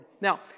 Now